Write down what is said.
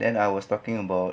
then I was talking about